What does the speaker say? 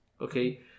Okay